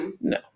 No